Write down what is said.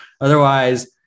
otherwise